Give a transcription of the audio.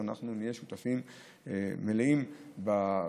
אנחנו נהיה שותפים מלאים בה,